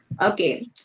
Okay